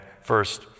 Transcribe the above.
First